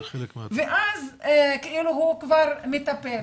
ואז הוא כבר מטפל.